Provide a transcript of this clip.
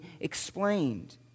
explained